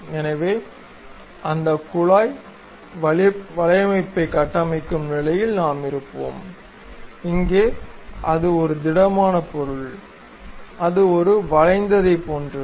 எனவே அந்த குழாய் வலையமைப்பைக் கட்டமைக்கும் நிலையில் இருப்போம் இங்கே அது ஒரு திடமான பொருள் அது ஒரு வளைந்ததைப் போன்றது